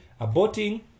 aborting